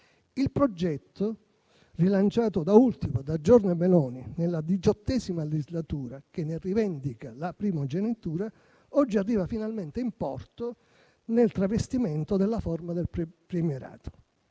Il progetto, rilanciato da ultimo da Giorgia Meloni nella XVIII legislatura, che ne rivendica la primogenitura, oggi arriva finalmente in porto nel travestimento della forma del premierato.